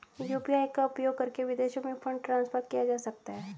UPI का उपयोग करके विदेशों में फंड ट्रांसफर किया जा सकता है?